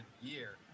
year